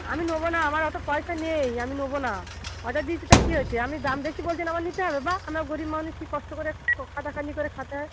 আমি নেবো না আমার অতো পয়সা নেই আমি নেবো না অর্ডার দিয়েছি তা কী হয়েছে আপনি দাম বেশি বলছেন আমার নিতে হবে বাহ আমরা গরিব মানুষ কী কষ্ট করে খাটা খাটনি করে খেতে হয়